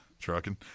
trucking